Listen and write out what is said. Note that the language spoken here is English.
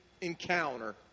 encounter